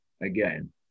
again